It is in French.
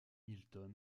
milton